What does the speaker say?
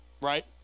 Right